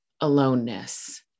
aloneness